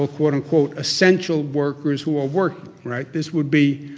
quote-unquote, essential workers who are working, right? this would be,